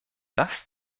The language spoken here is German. das